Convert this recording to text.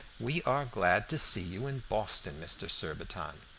we are glad to see you in boston, mr. surbiton.